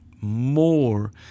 more